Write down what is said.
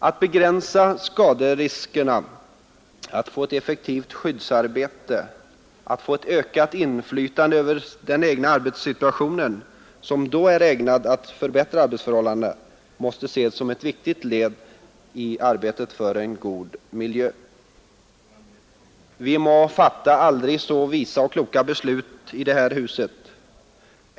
Att begränsa skaderiskerna, att få ett effektivt skyddsarbete, att få ett ökat inflytande över den egna arbetssituationen, som då är ägnad att förbättra arbetsförhållandena, måste ses som ett viktigt led i arbetet för en god miljö. Vi må fatta aldrig så visa och kloka beslut i det här huset.